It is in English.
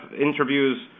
interviews